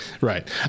Right